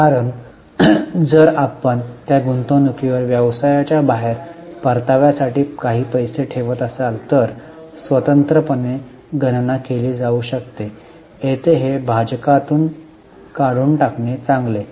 कारण जर आपण त्या गुंतवणुकीवर व्यवसायाच्या बाहेर परताव्या साठी काही पैसे ठेवत असाल तर स्वतंत्रपणे गणना केली जाऊ शकते येथे हे भाजकातून काढून टाकणे चांगले